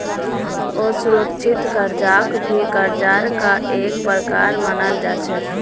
असुरिक्षित कर्जाक भी कर्जार का एक प्रकार मनाल जा छे